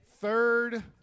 third